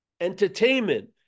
entertainment